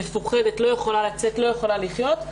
היא מפוחדת, לא יכולה לצאת, לא יכולה לחיות.